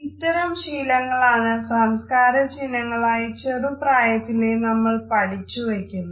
ഇത്തരം ശീലങ്ങളാണ് സംസ്കാര ചിഹ്നങ്ങളായി ചെറു പ്രായത്തിലേ നമ്മൾ പഠിച്ചു വയ്ക്കുന്നത്